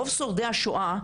רוב שורדי השואה,